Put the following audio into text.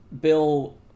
Bill